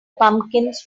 pumpkins